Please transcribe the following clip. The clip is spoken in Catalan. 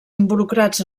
involucrats